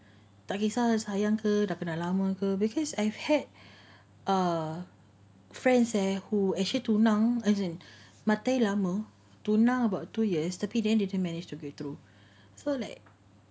tak kisah lah sayang ke kenal lama ke because I've had err friends eh who actually tunang urgent dating lama tunang about two years tapi ended they didn't managed to go through